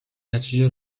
نتیجه